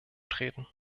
treten